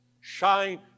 shine